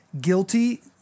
guilty